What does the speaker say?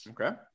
Okay